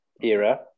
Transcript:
era